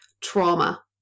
trauma